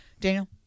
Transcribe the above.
Daniel